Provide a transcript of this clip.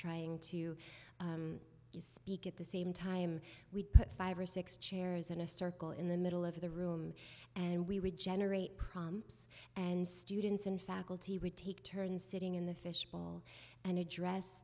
trying to speak at the same time we'd put five or six chairs in a circle in the middle of the room and we would generate prompts and students and faculty would take turns sitting in the fishbowl and address